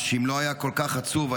שאם לא היה כל כך עצוב,